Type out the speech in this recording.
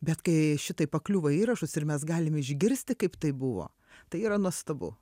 bet kai šitai pakliūva į įrašus ir mes galim išgirsti kaip tai buvo tai yra nuostabu